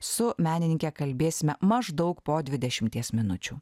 su menininke kalbėsime maždaug po dvidešimties minučių